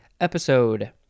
episode